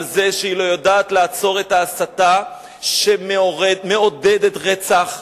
על זה שהיא לא יודעת לעצור את ההסתה שמעודדת רצח,